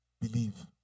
believe